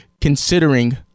considering